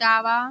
डावा